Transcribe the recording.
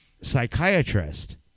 psychiatrist